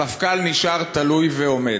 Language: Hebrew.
המפכ"ל נשאר תלוי ועומד,